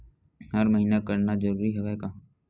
हर महीना करना जरूरी हवय का?